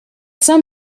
some